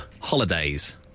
holidays